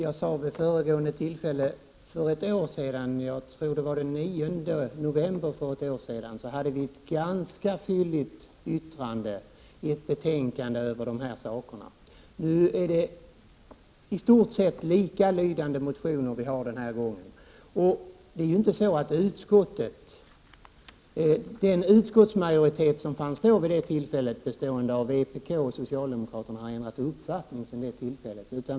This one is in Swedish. Herr talman! För ett år sedan — jag tror att det var den 9 november förra året — hade kammaren att behandla ett ganska fylligt yttrande i ett betänkande över de saker vi nu diskuterar. Det finns den här gången i stort sett likalydande motioner, och den majoritet som fanns vid det tillfället, bestående av vpk och socialdemokraterna, har inte ändrat uppfattning.